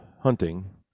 hunting